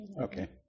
Okay